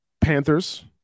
Panthers